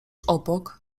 obok